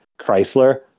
Chrysler